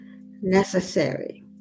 necessary